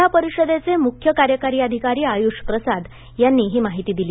जिल्हा परिषदेचे मुख्य कार्यकारी अधिकारी आयुष प्रसाद यांनी ही माहिती काल दिली